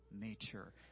nature